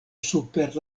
super